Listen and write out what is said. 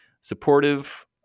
supportive